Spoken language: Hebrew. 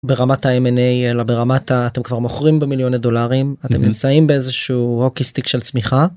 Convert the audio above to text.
ברמת הM&A אלא ברמת אתם כבר מוכרים במיליוני דולרים, אתם נמצאים באיזשהו הוקי סטיק של צמיחה.